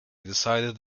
decided